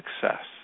success